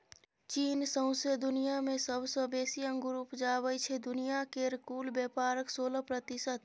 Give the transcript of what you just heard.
चीन सौंसे दुनियाँ मे सबसँ बेसी अंगुर उपजाबै छै दुनिया केर कुल बेपारक सोलह प्रतिशत